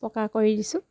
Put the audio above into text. পকা কৰি দিছোঁ